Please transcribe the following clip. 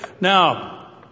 Now